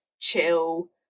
chill